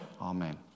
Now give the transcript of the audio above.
amen